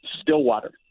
Stillwater